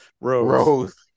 Rose